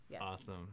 Awesome